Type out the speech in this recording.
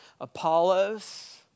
Apollos